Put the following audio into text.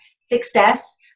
success